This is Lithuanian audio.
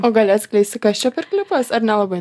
o gali atskleisti kas čia per klipas ar nelabai